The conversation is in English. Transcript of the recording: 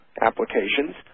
applications